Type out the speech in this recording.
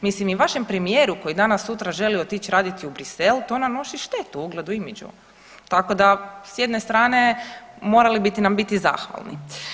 Mislim i vašem premijeru koji danas sutra želi otići raditi u Bruxelles to nam nosi štetu ugledu, imidžu tako da s jedne strane morali biste nam biti zahvalni.